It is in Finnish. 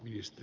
niistä